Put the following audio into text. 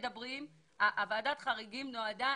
ועדת החריגים נועדה